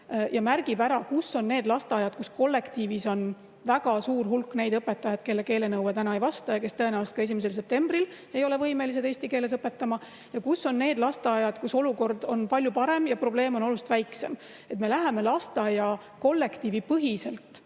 ja märgib ära, kus on need lasteaiad, kus on kollektiivis väga suur hulk neid õpetajaid, kelle keele[oskus] täna ei vasta [nõuetele] ja kes tõenäoliselt ka 1. septembril ei ole võimelised eesti keeles õpetama, ja kus on need lasteaiad, kus olukord on palju parem ja probleem on oluliselt väiksem. Me läheme lasteaia kollektiivi põhiselt